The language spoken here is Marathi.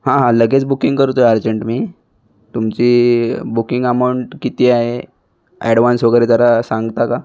हां हां लगेच बुकिंग करतो अर्जंट मी तुमची बुकिंग अमाऊंट किती आहे ॲडवान्स वगैरे जरा सांगता का